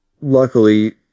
luckily